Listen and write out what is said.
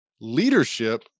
leadership